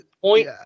Point